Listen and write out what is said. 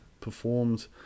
performed